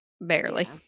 barely